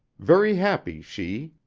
very happy she,